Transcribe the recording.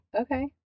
okay